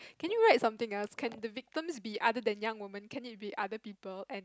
can you write something else can the victims be other than young woman can it be other people and